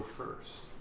first